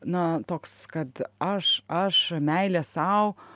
na toks kad aš aš meilė sau